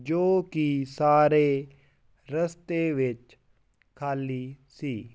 ਜੋ ਕਿ ਸਾਰੇ ਰਸਤੇ ਵਿੱਚ ਖਾਲੀ ਸੀ